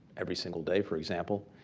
every, single day. for example,